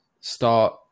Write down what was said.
start